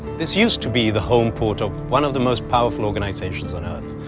this used to be the homeport of one of the most powerful organizations on earth.